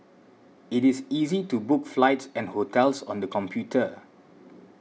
it is easy to book flights and hotels on the computer